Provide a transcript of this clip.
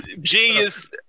genius